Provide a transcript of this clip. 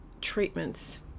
treatments